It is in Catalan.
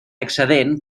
excedent